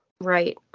Right